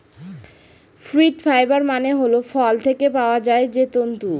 fruit fibre মানে হল ফল থেকে পাওয়া যায় যে তন্তু